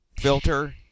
filter